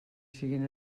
siguin